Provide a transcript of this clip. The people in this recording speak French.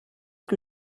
que